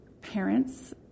parents